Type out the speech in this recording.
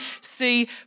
see